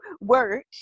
work